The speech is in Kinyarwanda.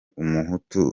umuhutu